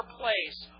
place